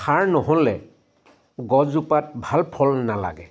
সাৰ নহ'লে গছজোপাত ভাল ফল নালাগে